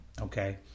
Okay